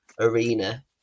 arena